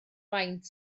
faint